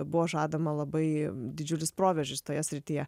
buvo žadama labai didžiulis proveržis toje srityje